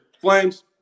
Flames